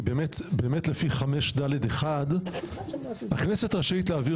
כי באמת לפי 5(ד)(1) 'הכנסת רשאית להעביר